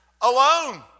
alone